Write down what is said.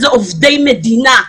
אלה עובדי מדינה.